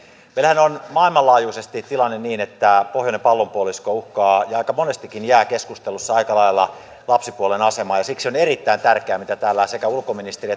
meillähän on maailmanlaajuisesti tilanne niin että pohjoinen pallonpuolisko uhkaa jäädä ja aika monestikin jää keskusteluissa aika lailla lapsipuolen alemaan ja siksi on erittäin tärkeää mitä täällä sekä ulkoministeri